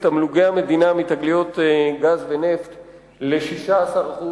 תמלוגי המדינה מתגליות גז ונפט ל-16%,